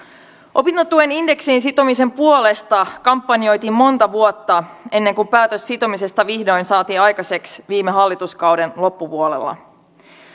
opintotuen indeksiin sitomisen puolesta kampanjoitiin monta vuotta ennen kuin päätös sitomisesta vihdoin saatiin aikaiseksi viime hallituskauden loppupuolella